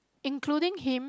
including him